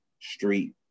street